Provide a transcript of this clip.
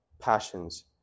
passions